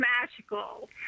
magical